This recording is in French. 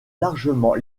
largement